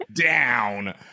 down